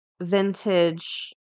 vintage